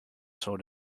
sort